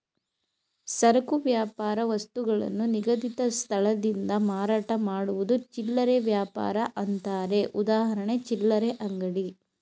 ಸರಕು ವ್ಯಾಪಾರ ವಸ್ತುಗಳನ್ನು ನಿಗದಿತ ಸ್ಥಳದಿಂದ ಮಾರಾಟ ಮಾಡುವುದು ಚಿಲ್ಲರೆ ವ್ಯಾಪಾರ ಅಂತಾರೆ ಉದಾಹರಣೆ ಚಿಲ್ಲರೆ ಅಂಗಡಿ